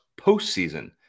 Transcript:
postseason